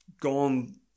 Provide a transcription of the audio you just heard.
gone